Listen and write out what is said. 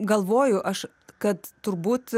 galvoju aš kad turbūt